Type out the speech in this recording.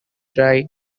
dry